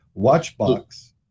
Watchbox